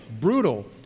brutal